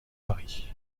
paris